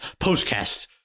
postcast